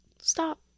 stop